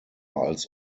als